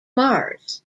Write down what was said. mars